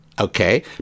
okay